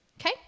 Okay